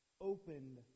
opened